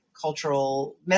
cultural